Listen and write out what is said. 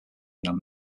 enam